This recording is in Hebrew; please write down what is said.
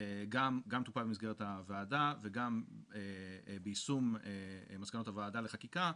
גם טופל במסגרת הוועדה וגם ביישום מסקנות הוועדה לחקיקה,